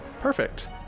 Perfect